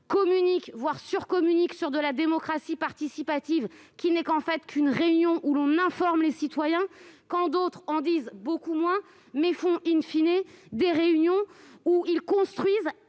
communiquent, voire surcommuniquent sur une démocratie participative qui n'est qu'en fait qu'une réunion où l'on informe les citoyens. D'autres en disent beaucoup moins, mais organisent des réunions où ils construisent